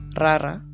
rara